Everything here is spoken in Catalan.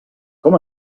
com